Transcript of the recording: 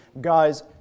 Guys